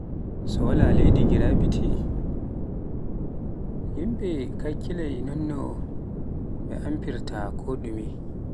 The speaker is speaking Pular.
So wala leydi gravity, yimɓe hakkilai noonno ɓe amfirta koɗume.